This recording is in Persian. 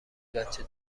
بچه